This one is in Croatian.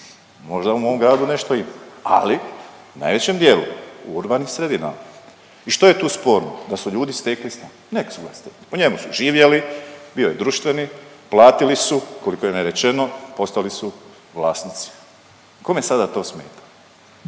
možda u mom gradu nešto ima, ali u najvećem dijelu u urbanim sredinama. I što je tu sporno? Da su ljudi stekli stan, nek su ga stekli, u njemu su živjeli, bio je društveni, platili su koliko im je rečeno, postali su vlasnici. Kome sada to smeta?